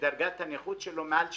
שדרגת הנכות שלו מעל 60%,